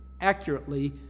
accurately